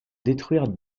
détruire